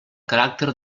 caràcter